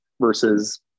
Versus